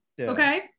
Okay